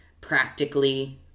practically